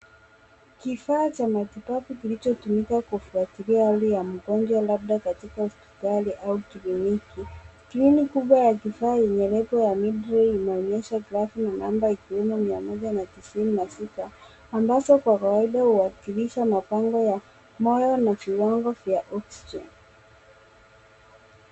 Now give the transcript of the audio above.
Kifaa cha matibabu kilicho tumika kufuatilia hali ya mgonjwa labda katika hospitali au kliniki. Skrini kubwa yenye lebo ya mind ray inaonyesha idadi ya namba ikiwemo mia moja na tisini ambazo kwa kawaida huwakilsha mapambo ya moyo na viwango vya oxygen .